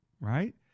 right